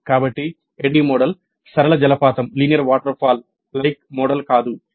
కాబట్టి ADDIE model సరళ జలపాతం కాదు